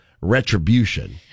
retribution